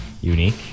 Unique